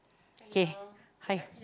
K hi